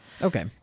Okay